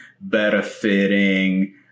better-fitting